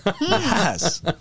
Yes